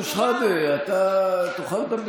חבר הכנסת אבו שחאדה, אתה תוכל לדבר.